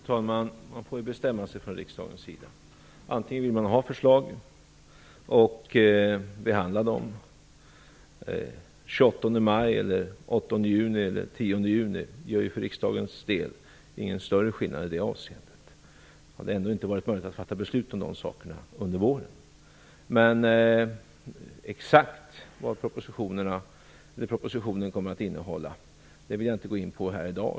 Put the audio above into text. Fru talman! Man får bestämma sig från riksdagens sida. Antingen vill man ha förslag och behandla dem eller så vill man det inte. 28 maj, 8 juni eller 10 juni gör för riksdagens del ingen större skillnad i det avseendet. Det hade ändå inte varit möjligt att fatta beslut om de sakerna under våren. Exakt vad propositionen kommer att innehålla vill jag inte gå in på här i dag.